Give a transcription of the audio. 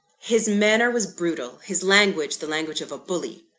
his manner was brutal his language, the language of a bully?